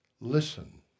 Listen